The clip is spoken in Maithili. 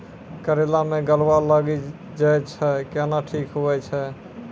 करेला मे गलवा लागी जे छ कैनो ठीक हुई छै?